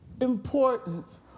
importance